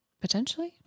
Potentially